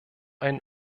ein